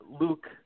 Luke